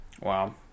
wow